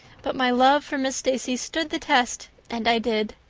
but my love for miss stacy stood the test and i did.